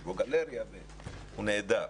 יש בו גלריה והוא נהדר.